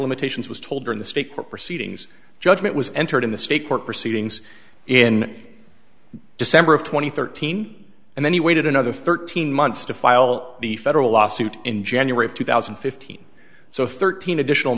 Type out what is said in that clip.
limitations was told in the state court proceedings judgment was entered in the state court proceedings in december of two thousand and thirteen and then he waited another thirteen months to file the federal lawsuit in january of two thousand and fifteen so thirteen additional